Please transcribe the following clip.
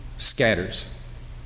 Scatters